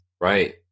Right